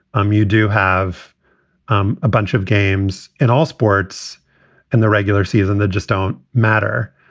um you do have um a bunch of games in all sports and the regular season that just don't matter.